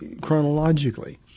chronologically